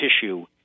tissue